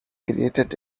created